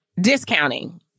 discounting